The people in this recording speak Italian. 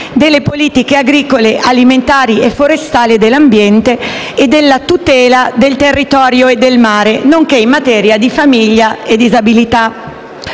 delle politiche agricole, alimentari e forestali, e dell'ambiente e della tutela del territorio e del mare, nonché in materia di famiglia e disabilità.